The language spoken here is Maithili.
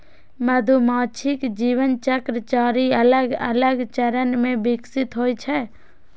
मधुमाछीक जीवन चक्र चारि अलग अलग चरण मे विकसित होइ छै